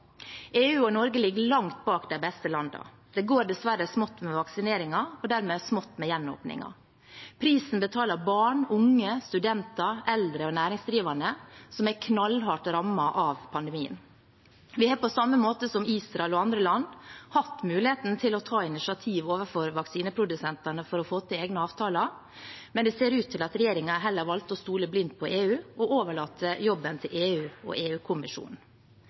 EU og Norge ligger langt bak de beste landene. Det går dessverre smått med vaksineringen, og dermed smått med gjenåpningen. Prisen betaler barn, unge, studenter, eldre og næringsdrivende, som er knallhardt rammet av pandemien. Vi har, på samme måte som Israel og andre land, hatt muligheten til å ta initiativ overfor vaksineprodusentene for å få til egne avtaler, men det ser ut til at regjeringen heller valgte å stole blindt på EU og overlate jobben til EU og